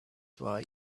why